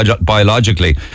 biologically